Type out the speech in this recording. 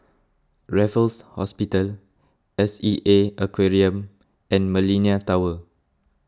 Raffles Hospital S E A Aquarium and Millenia Tower